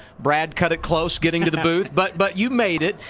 brad cut it close getting to the booth but but you made it.